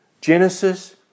Genesis